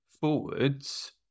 forwards